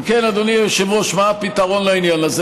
אם כן, אדוני היושב-ראש, מה הפתרון לעניין הזה?